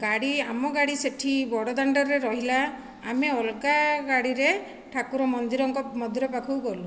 ଗାଡ଼ି ଆମ ଗାଡ଼ି ସେଇଠି ବଡ଼ଦାଣ୍ଡରେ ରହିଲା ଆମେ ଅଲଗା ଗାଡ଼ିରେ ଠାକୁର ମନ୍ଦିରଙ୍କ ମନ୍ଦିର ପାଖକୁ ଗଲୁ